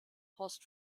horst